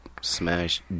smash